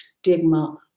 stigma